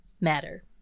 matter